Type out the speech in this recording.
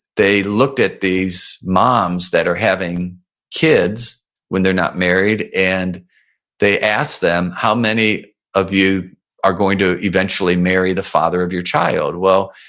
they looked at these moms that are having kids when they're not married and they asked them, how many of you are going to eventually marry the father of your child? well,